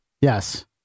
Yes